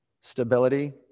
stability